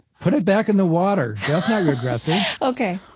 put it back in the water. that's not regressing ok,